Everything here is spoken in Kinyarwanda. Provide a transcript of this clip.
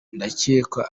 ndacyeka